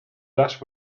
dutch